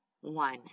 One